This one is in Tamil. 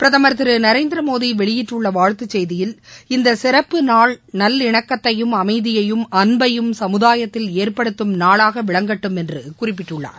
பிரதமர் திரு நரேந்திரமோடி வெளியிட்டுள்ள வாழ்த்துச் செய்தியில் இந்த சிறப்பு நாள் நல்லிணக்கத்தையும் அமைதியையும் அன்பையும் சமுதாயத்தில் ஏற்படுத்தும் நாளாக விளங்கட்டும் என்று குறிப்பிட்டுள்ளார்